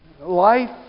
Life